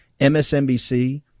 MSNBC